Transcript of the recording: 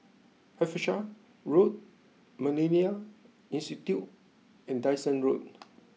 Hampshire Road Millennia Institute and Dyson Road